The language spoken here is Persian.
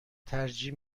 ترجیح